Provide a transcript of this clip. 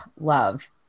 love